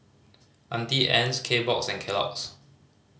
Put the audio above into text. Auntie Anne's Kbox and Kellogg's